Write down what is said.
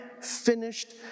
finished